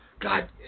God